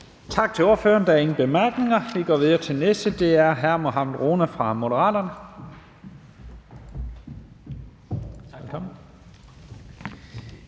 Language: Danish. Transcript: Tak til ordføreren. Der er ingen korte bemærkninger. Vi går videre til den næste, og det er hr. Mohammad Rona fra Moderaterne.